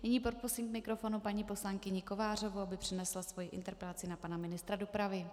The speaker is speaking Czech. Nyní poprosím k mikrofonu paní poslankyni Kovářovou, aby přednesla svoji interpelaci na pana ministra dopravy.